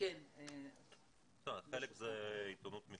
חלק זה עיתונות מקומית.